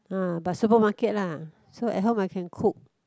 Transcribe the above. uh but supermarket lah so at home I can cook